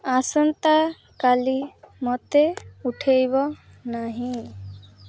ଆସନ୍ତାକାଲି ମୋତେ ଉଠାଇବ ନାହିଁ